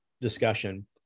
discussion